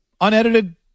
unedited